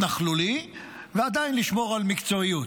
אפשר להיות נכלולי ועדיין לשמור על מקצועיות.